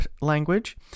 language